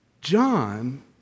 John